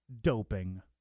doping